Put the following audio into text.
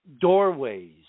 doorways